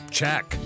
check